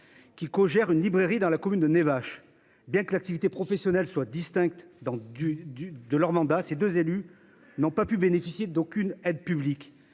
qui cogèrent une librairie dans la commune de Névache. Bien que leur activité professionnelle soit distincte de leur mandat, ces deux élues ne peuvent bénéficier d’aucune aide publique.